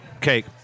cake